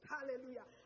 Hallelujah